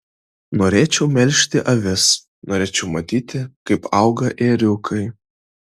norėčiau melžti avis norėčiau matyti kaip auga ėriukai